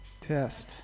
Test